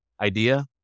idea